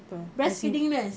breastfeeding nurse